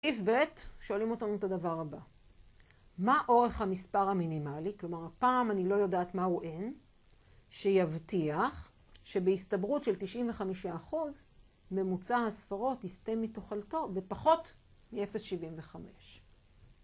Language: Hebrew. סעיף בית שואלים אותנו את הדבר הבא. מה אורך המספר המינימלי, כלומר הפעם אני לא יודעת מה הוא N, שיבטיח שבהסתברות של 95% ממוצע הספרות יסטה מתוכלתו בפחות מ-0.75.